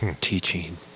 teaching